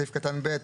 סעיף קטן (ב),